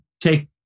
take